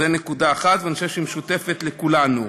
זה נקודה אחת, ואני חושב שהיא משותפת לכולנו.